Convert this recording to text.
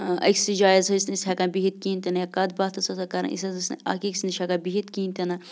أکۍسٕے جایہِ حظ ٲسۍ نہٕ أسۍ ہٮ۪کان بِہِتھ کِہیٖنۍ تہِ نہٕ یا کَتھ باتھ ٲس آسان کَرٕنۍ أسۍ حظ ٲسۍ نہٕ اَکھ أکِس نِش ہٮ۪کان بِہِتھ کِہیٖنۍ تہِ نہٕ